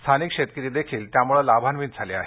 स्थनिक शेतकरीही त्यामुळे लाभान्वित झाले आहेत